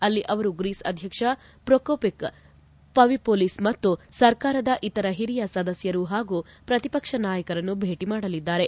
ಅಲ್ಲಿ ಅವರು ಗ್ರೀಸ್ ಅಧ್ಯಕ್ಷ ಪೊಕೊಪಿಸ್ ಪವಿಪೊಲೀಸ್ ಮತ್ತು ಸರ್ಕಾರದ ಇತರ ಹಿರಿಯ ಸದಸ್ಕರು ಹಾಗೂ ಪ್ರತಿಪಕ್ಷ ನಾಯಕರನ್ನು ಭೇಟ ಮಾಡಲಿದ್ದಾರೆ